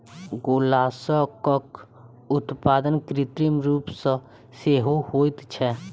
मोलास्कक उत्पादन कृत्रिम रूप सॅ सेहो होइत छै